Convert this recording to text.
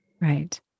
Right